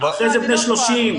ואחרי זה בני 30,